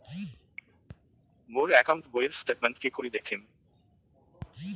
মোর account বইয়ের statement কি করি দেখিম?